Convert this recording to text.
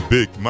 Big